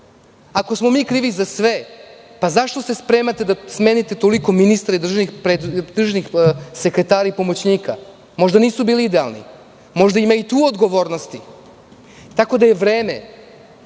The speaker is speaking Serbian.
Ako smo mi krivi za sve, zašto se spremate da smenite toliko ministara i državnih sekretara i pomoćnika? Možda nisu bili idealni, možda ima i tu odgovornosti, tako da je vreme